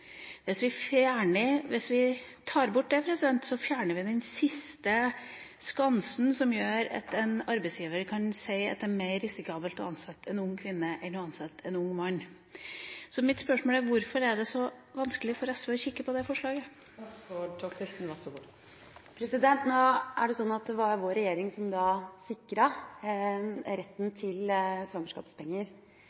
Hvis vi tar bort den, fjerner vi den siste skansen som gjør at en arbeidsgiver kan si at det er mer risikabelt å ansette en ung kvinne enn å ansette en ung mann. Så mitt spørsmål er: Hvorfor er det så vanskelig for SV å kikke på det forslaget? Nå er det slik at det var vår regjering som